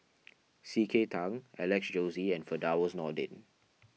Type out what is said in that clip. C K Tang Alex Josey and Firdaus Nordin